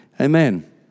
Amen